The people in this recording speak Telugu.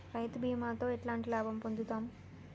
రైతు బీమాతో ఎట్లాంటి లాభం పొందుతం?